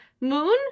moon